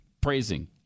praising